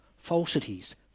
falsities